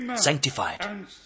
sanctified